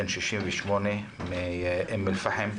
בן 68 מאום אל-פחם,